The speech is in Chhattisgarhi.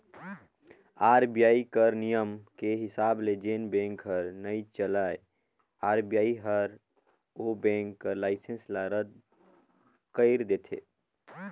आर.बी.आई कर नियम के हिसाब ले जेन बेंक हर नइ चलय आर.बी.आई हर ओ बेंक कर लाइसेंस ल रद कइर देथे